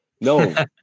No